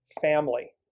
family